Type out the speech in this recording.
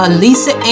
Alisa